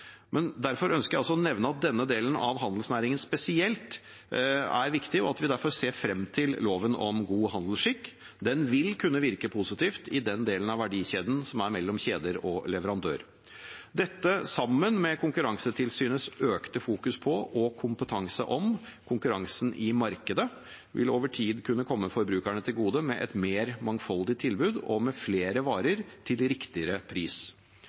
Derfor ønsker jeg også å nevne at denne delen av handelsnæringen er spesielt viktig, og at vi derfor ser frem til loven om god handelsskikk. Den vil kunne virke positivt i den delen av verdikjeden som er mellom kjeder og leverandør. Dette – sammen med Konkurransetilsynets økte fokusering på og kompetanse om konkurransen i markedet – vil over tid kunne komme forbrukerne til gode, med et mer mangfoldig tilbud og med flere varer til riktigere pris.